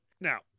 now